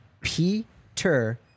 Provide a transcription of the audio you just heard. Peter